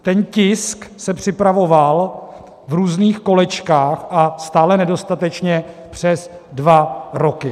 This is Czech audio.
Ten tisk se připravoval v různých kolečkách a stále nedostatečně přes dva roky.